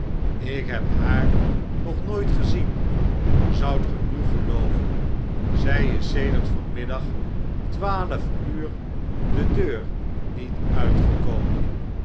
ik heb haar nog nooit gezien zoudtgenu gelooven zij is sedert van middag twaalf uur de deur niet uitgekomen